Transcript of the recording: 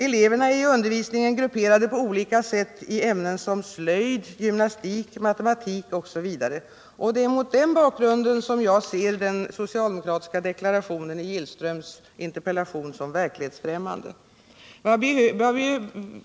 Eleverna är i undervisningen grupperade på olika sätt i slöjd, gymnastik, matematik osv. Det är mot den bakgrunden som jag ser den socialdemokratiska deklarationen i herr Gillströms interpellation som verklighetsfrämmande.